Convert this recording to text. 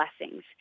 blessings